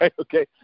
Okay